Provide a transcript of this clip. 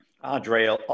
Andre